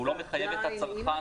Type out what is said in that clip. והוא לא מחייב את הצרכן -- עדין,